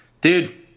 Dude